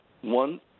one-